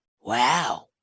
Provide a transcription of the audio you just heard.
Wow